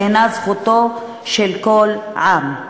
שהיא זכותו של כל עם.